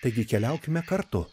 taigi keliaukime kartu